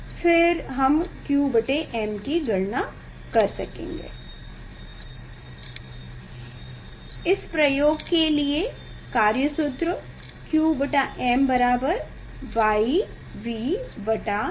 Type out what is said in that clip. फिर हम qm की गणना कर सकते हैं इस प्रयोग के लिए कार्य सूत्र qm Y V K B2 है